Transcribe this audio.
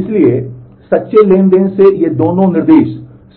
इसलिए सच्चे ट्रांज़ैक्शन से ये दोनों निर्देश